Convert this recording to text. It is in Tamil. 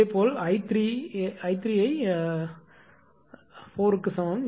இதேபோல் I3 ஐ 4 க்கு சமம்